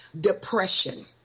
depression